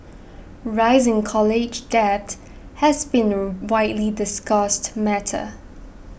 rising college debt has been a widely discussed matter